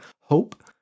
hope